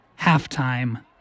Halftime